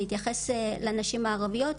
בהתייחס לנשים הערביות,